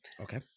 Okay